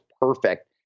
perfect